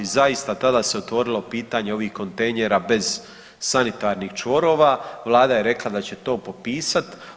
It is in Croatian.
I zaista tada se otvorilo pitanje ovih kontejnera bez sanitarnih čvorova, vlada je rekla da će to popisat.